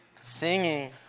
Singing